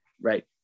right